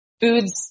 foods